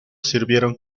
sirvieron